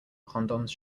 condoms